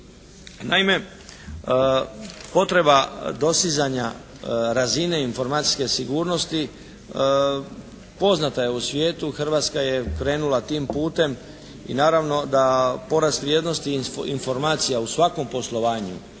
Naime potreba dostizanja razine informacijske sigurnosti poznata je u svijetu. Hrvatska je krenula tim putem i naravno da porast vrijednosti informacija u svakom poslovanju